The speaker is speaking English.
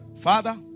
Father